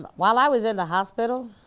while i was at the hospital,